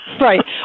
Right